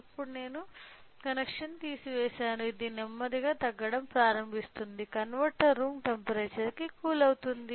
ఇప్పుడు నేను కనెక్షన్ను తీసివేసాను ఇది నెమ్మదిగా తగ్గడం ప్రారంభిస్తుంది కన్వర్టర్ రూమ్ టెంపరేచర్ కి కూల్ అవుతుంది